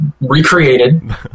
recreated